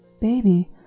Baby